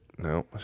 No